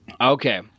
Okay